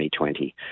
2020